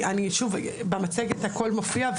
שוב, במצגת הכול מופיע.